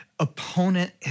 Opponent